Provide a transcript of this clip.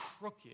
crooked